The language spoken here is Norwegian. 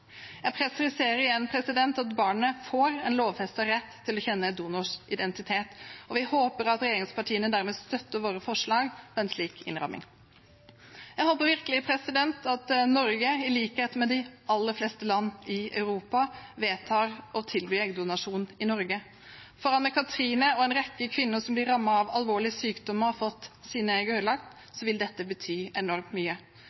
Jeg presiserer igjen at barnet får en lovfestet rett til å kjenne donors identitet, og vi håper at regjeringspartiene dermed støtter våre forslag om en slik innramming. Jeg håper virkelig at Norge, i likhet med de aller fleste land i Europa, vedtar å tilby eggdonasjon i Norge. For Anne Katrine og en rekke kvinner som blir rammet av alvorlig sykdom og har fått sine egg ødelagt, vil dette bety enormt mye